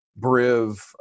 Briv